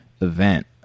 event